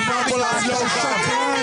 אף אחד לא חסם אמבולנסים, שקרן.